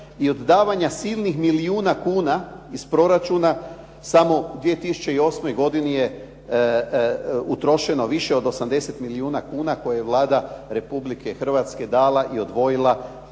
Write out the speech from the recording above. i od davanja silnih milijuna kuna iz proračuna samo u 2008. godini je utrošeno više od 80 milijuna kuna koje je Vlada Republike Hrvatske dala i odvojila dajući